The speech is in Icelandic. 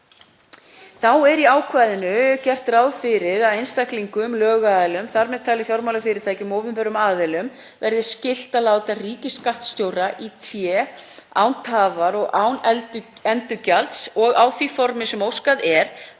Þá er í ákvæðinu gert ráð fyrir að einstaklingum og lögaðilum, þar með talið fjármálafyrirtækjum og opinberum aðilum, verði skylt að láta ríkisskattstjóra í té án tafar og án endurgjalds og á því formi sem óskað er,